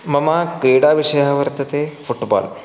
मम क्रीडाविषयः वर्तते फ़ुट्बाल्